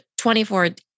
24